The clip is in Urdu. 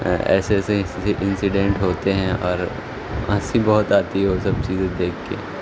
ایسے ایسے انسیڈینٹ ہوتے ہیں اور ہنسی بہت آتی ہے وہ سب چیزیں دیکھ کے